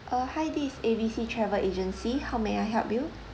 uh hi this A B C travel agency how may I help you